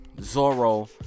Zoro